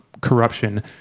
corruption